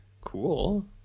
cool